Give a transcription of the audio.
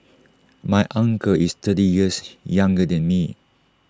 my uncle is thirty years younger than me